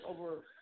over